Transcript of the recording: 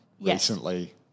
recently